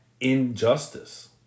injustice